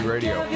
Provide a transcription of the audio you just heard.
Radio